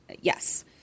Yes